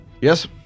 yes